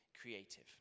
creative